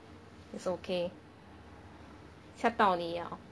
it's okay 吓到你了